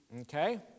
okay